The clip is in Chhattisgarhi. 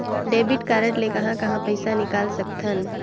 डेबिट कारड ले कहां कहां पइसा निकाल सकथन?